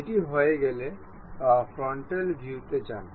এটি হয়ে গেলে ফ্রন্টাল ভিউতে যান